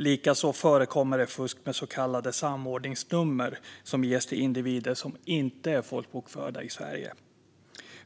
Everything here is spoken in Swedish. Likaså förekommer det fusk med så kallade samordningsnummer som ges till individer som inte är folkbokförda i Sverige.